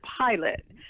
pilot